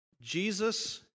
Jesus